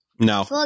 no